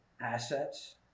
assets